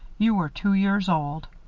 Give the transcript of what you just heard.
you were two years old.